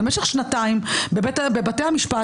במשך שנתיים בבתי המשפט,